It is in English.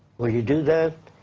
will you do that?